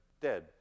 dead